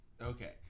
Okay